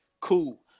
Cool